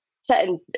certain